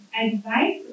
advice